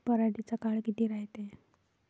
पराटीचा काळ किती रायते?